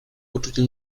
uczucie